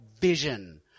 vision